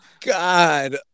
God